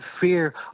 fear